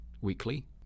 weekly